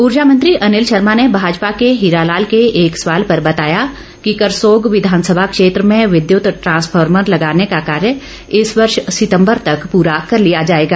ऊर्जा मंत्री अनिल शर्मा ने भाजपा के हीरा लाल के एक सवाल पर बताया कि करसोग विधानसभा क्षेत्र में विद्यत ट्रांसफार्मर लगाने का कार्य इस वर्ष सितंबर तक पुरा कर लिया जाएगा